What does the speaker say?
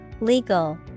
Legal